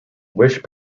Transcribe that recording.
wish